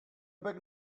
big